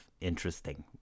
interesting